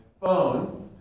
phone